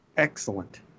Excellent